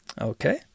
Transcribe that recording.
Okay